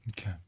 Okay